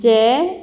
जे